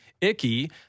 icky